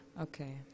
Okay